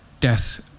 death